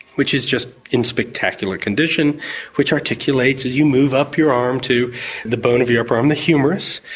which is just in spectacular condition which articulates as you move up your arm to the bone of your upper arm, the humerus,